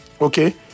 Okay